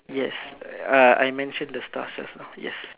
yes uh I mention the stars just now yes